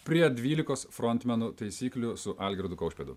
prie dvylikos frontmenų taisyklių su algirdu kaušpėdu